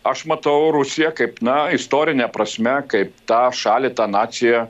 aš matau rusiją kaip na istorine prasme kaip tą šalį tą naciją